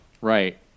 right